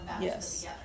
yes